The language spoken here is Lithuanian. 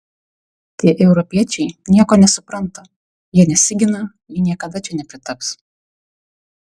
tie europiečiai nieko nesupranta jie nesigina jie niekada čia nepritaps